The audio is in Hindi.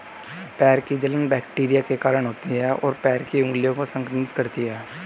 पैर की जलन बैक्टीरिया के कारण होती है, और पैर की उंगलियों को संक्रमित करती है